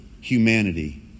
humanity